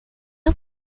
are